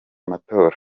matora